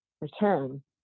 return